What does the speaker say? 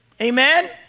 Amen